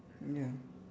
ya